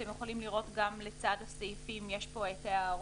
אתם יכולים לראות שלצד הסעיפים יש ההערות.